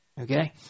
Okay